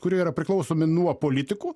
kurie yra priklausomi nuo politikų